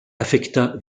affecta